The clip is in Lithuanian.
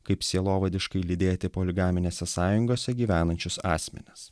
kaip sielovadiškai lydėti poligaminėse sąjungose gyvenančius asmenis